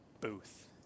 booth